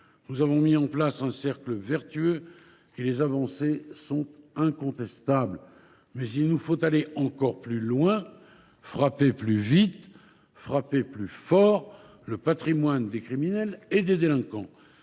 Nous avons mis en place un cercle vertueux et les avancées sont incontestables, mais il nous faut encore aller plus loin et frapper plus vite, frapper plus fort le patrimoine des criminels et des délinquants.